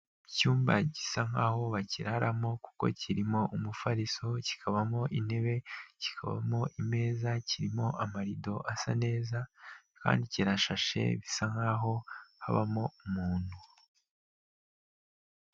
Icyumba gisa nk'aho bakiraramo kuko kirimo umufariso, kikabamo intebe, kikabamo imeza, kirimo amarido asa neza, kandi kirashashe bisa nk'aho habamo umuntu.